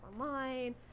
online